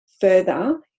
further